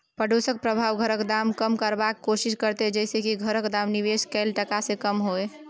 पडोसक प्रभाव घरक दाम कम करबाक कोशिश करते जइसे की घरक दाम निवेश कैल टका से कम हुए